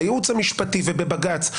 בייעוץ המשפטי ובבג"צ,